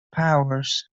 powers